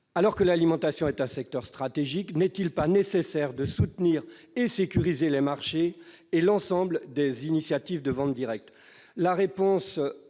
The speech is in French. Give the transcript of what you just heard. Alors que l'alimentation est un secteur stratégique, n'est-il pas nécessaire de soutenir et de sécuriser les marchés et l'ensemble des initiatives de vente directe ?